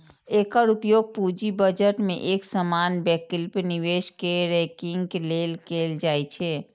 एकर उपयोग पूंजी बजट मे एक समान वैकल्पिक निवेश कें रैंकिंग लेल कैल जाइ छै